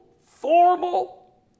formal